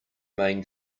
main